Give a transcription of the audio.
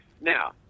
Now